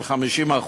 של 50%,